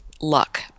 luck